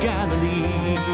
Galilee